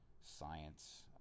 science